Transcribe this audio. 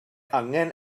angen